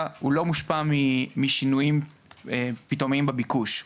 הוא לא מושפע משינויים פתאומיים בביקוש,